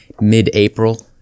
Mid-April